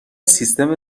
سیستم